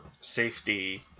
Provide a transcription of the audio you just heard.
safety